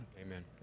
Amen